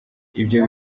ibyo